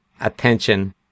attention